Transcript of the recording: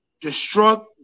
destruct